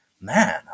man